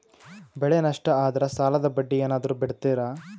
ಬೆಳೆ ನಷ್ಟ ಆದ್ರ ಸಾಲದ ಬಡ್ಡಿ ಏನಾದ್ರು ಬಿಡ್ತಿರಾ?